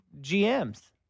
gms